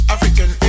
African